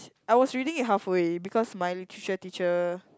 I was reading it half way because my literature teacher